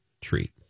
treat